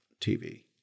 TV